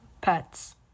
pets